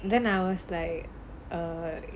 then I was like err